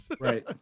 Right